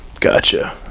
Gotcha